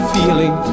feeling